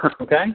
Okay